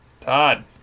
Todd